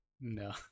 No